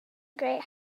great